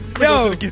Yo